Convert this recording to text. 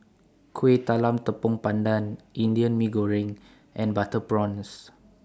Kueh Talam Tepong Pandan Indian Mee Goreng and Butter Prawns